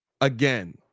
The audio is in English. again